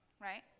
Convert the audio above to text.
right